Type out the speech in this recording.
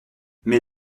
mais